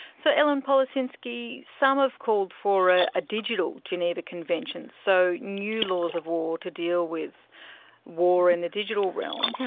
so ellen policinski, some have called for a ah digital geneva convention, so new laws of war to deal with war in the digital realm.